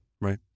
Right